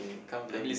K can't blame you